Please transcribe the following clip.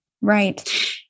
Right